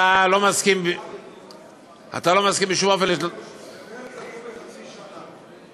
אתה לא מסכים בשום אופן, במרס דחו בחצי שנה.